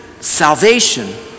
salvation